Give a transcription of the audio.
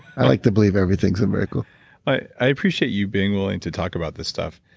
i like to believe everything is a miracle i appreciate you being willing to talk about this stuff.